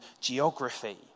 geography